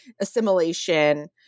assimilation